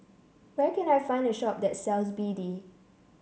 where can I find a shop that sells B D